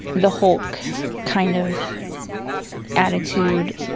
the hulk kind of attitude